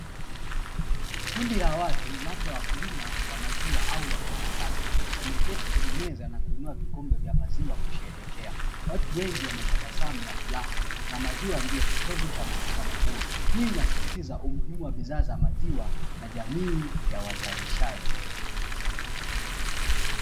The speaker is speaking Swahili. Kundi la watu labda wakulima wa maziwa au wafanyakazi, wameketi kwenye meza na kuinua vikombe vya maziwa kusherehekea. Watu wengi wametabasamu na furaha na maziwa ni kitovu cha mkutano huo. Hii inasisitiza umuhimu wa bidhaa za maziwa na jamii ya wazalishaji.